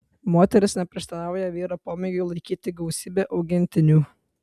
moteris neprieštarauja vyro pomėgiui laikyti gausybę augintinių